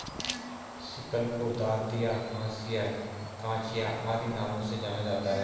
sickle को दँतिया, हँसिया, कचिया आदि नामों से जाना जाता है